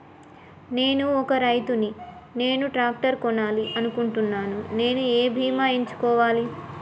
నేను ఒక రైతు ని నేను ట్రాక్టర్ కొనాలి అనుకుంటున్నాను నేను ఏ బీమా ఎంచుకోవాలి?